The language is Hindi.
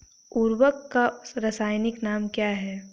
उर्वरक का रासायनिक नाम क्या है?